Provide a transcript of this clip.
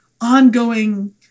ongoing